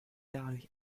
dadurch